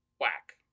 Whack